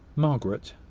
margaret,